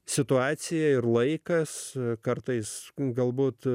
situacija ir laikas kartais galbūt